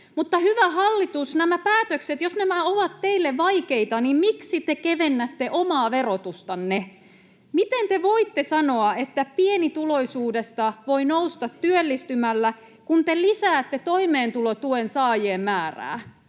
mutta, hyvä hallitus, jos nämä päätökset ovat teille vaikeita, niin miksi te kevennätte omaa verotustanne? Miten te voitte sanoa, että pienituloisuudesta voi nousta työllistymällä, kun te lisäätte toimeentulotuen saajien määrää?